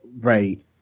Right